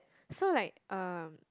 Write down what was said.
so like um